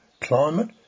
climate